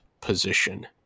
position